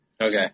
Okay